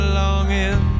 longing